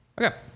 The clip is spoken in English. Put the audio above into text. Okay